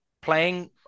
playing